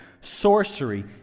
sorcery